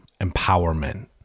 empowerment